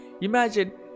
Imagine